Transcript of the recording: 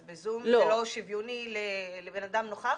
ב"זום" זה לא שוויוני לאדם נוכח?